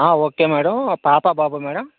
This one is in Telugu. ఒకే మేడం పాపా బాబా మేడం